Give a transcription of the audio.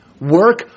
Work